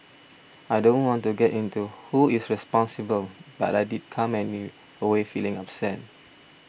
I don't want to get into who is responsible but I did come away feeling upset